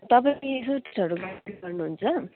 तपाईँ टुरिस्टहरू गाइड गर्नुहुन्छ